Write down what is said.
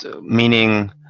Meaning